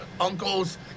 Uncles